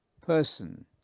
person